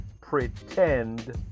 pretend